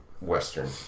Western